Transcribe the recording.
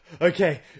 okay